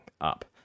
up